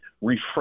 refresh